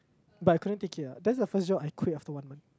but I couldn't take it ah that's the first job I quit after one month